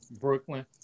Brooklyn